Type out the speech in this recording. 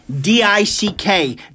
D-I-C-K